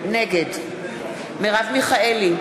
נגד מרב מיכאלי,